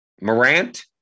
Morant